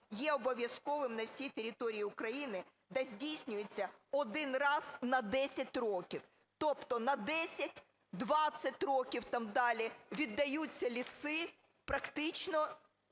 є обов'язковим на всій території України, де здійснюється один раз на 10 років. Тобто на 10-20 років там далі віддаються ліси практично